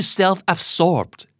self-absorbed